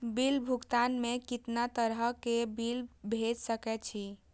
Bill भुगतान में कितना तरह के बिल भेज सके छी?